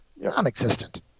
non-existent